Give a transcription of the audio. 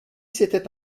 c’était